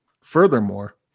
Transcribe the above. furthermore